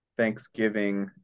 thanksgiving